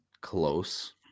close